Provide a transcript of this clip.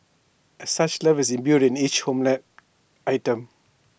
as such love is imbued in each homemade item